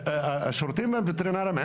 השירותים הווטרינריים,